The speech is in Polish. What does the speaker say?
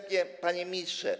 Panie Ministrze!